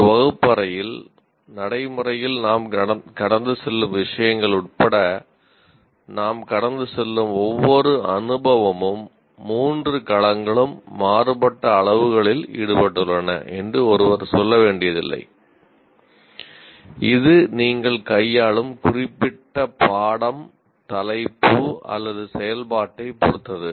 ஒரு வகுப்பு அறையில் நடைமுறையில் நாம் கடந்து செல்லும் விஷயங்கள் உட்பட நாம் கடந்து செல்லும் ஒவ்வொரு அனுபவமும் மூன்று களங்களும் மாறுபட்ட அளவுகளில் ஈடுபட்டுள்ளன என்று ஒருவர் சொல்ல வேண்டியதில்லை இது நீங்கள் கையாளும் குறிப்பிட்ட பாடம் தலைப்பு அல்லது செயல்பாட்டைப் பொறுத்தது